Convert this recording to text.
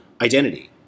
identity